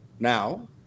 Now